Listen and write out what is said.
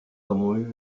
avons